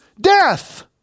death